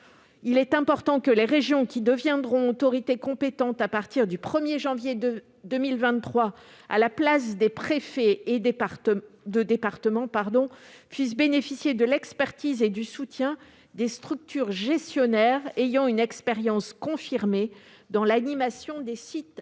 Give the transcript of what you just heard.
Il est important que les régions, qui deviendront autorité compétente à partir du 1 janvier 2023 à la place des préfets de département, puissent bénéficier de l'expertise et du soutien des structures gestionnaires ayant une expérience confirmée dans l'animation de sites